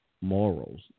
Morals